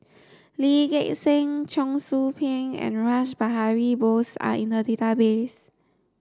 Lee Gek Seng Cheong Soo Pieng and Rash Behari Bose are in the database